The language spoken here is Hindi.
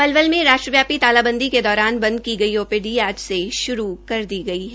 पलवल में राष्ट्रव्यापी तालाबंदी के दौरान बंद की गई ओपीडी आज से श्रू कर दी गई है